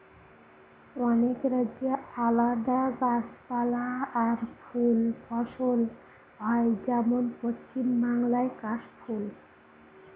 অনেক রাজ্যে আলাদা গাছপালা আর ফুল ফসল হয় যেমন পশ্চিম বাংলায় কাশ ফুল